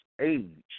age